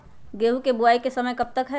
गेंहू की बुवाई का समय कब तक है?